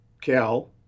Cal